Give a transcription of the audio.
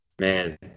man